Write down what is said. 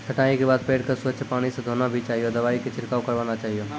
छंटाई के बाद पेड़ क स्वच्छ पानी स धोना भी चाहियो, दवाई के छिड़काव करवाना चाहियो